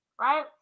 right